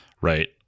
right